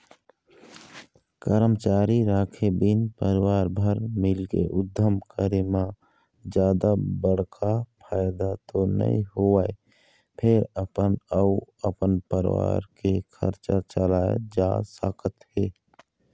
करमचारी राखे बिन परवार भर मिलके उद्यम करे म जादा बड़का फायदा तो नइ होवय फेर अपन अउ अपन परवार के खरचा चलाए जा सकत हे